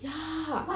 ya